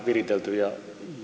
viritelty ja